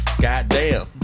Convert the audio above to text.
goddamn